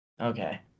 Okay